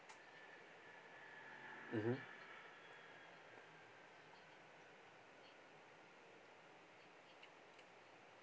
mmhmm